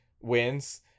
wins